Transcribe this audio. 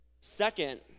Second